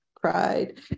Cried